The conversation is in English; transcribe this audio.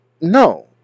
no